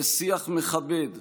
בשיח מכבד,